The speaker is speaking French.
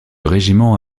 régiment